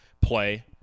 play